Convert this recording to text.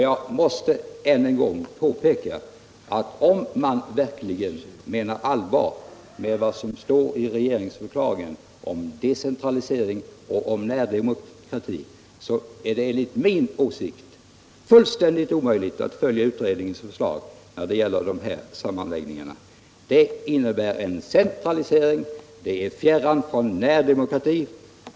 Jag måste än en gång påpeka att om man verkligen menar allvar med vad som står i regeringsdeklarationen om decentralisering och om närdemokrati, är det enligt min åsikt fullständigt omöjligt att följa utredningens förslag om sammanläggningarna. Förslaget innebär en centralisering. Det är fjärran från närdemokrati.